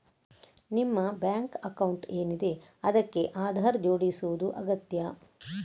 ನಿಮ್ಮ bank account ಏನಿದೆ ಅದಕ್ಕೆ ಆಧಾರ್ ಜೋಡಿಸುದು ಅಗತ್ಯ